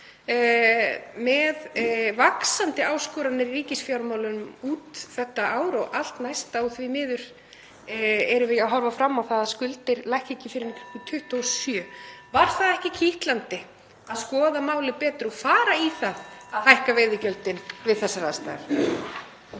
með vaxandi áskoranir í ríkisfjármálunum út þetta ár og allt næsta og því miður horfum við fram á það að skuldir lækki ekki fyrr en 2027: (Forseti hringir.) Var ekki kitlandi að skoða málið betur og fara í það að hækka veiðigjöldin við þessar aðstæður?